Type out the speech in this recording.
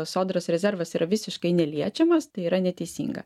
sodros rezervas yra visiškai neliečiamas tai yra neteisinga